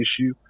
issue